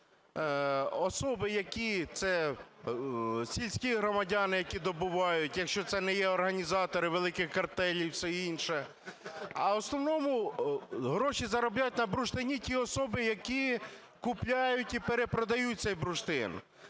щоб особи, які, це сільські громадяни, які добувають, якщо це не є організатори великих картелів і все інше. А в основному гроші заробляють на бурштині ті особи, які купляють і перепродають цей бурштин.